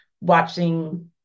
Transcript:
Watching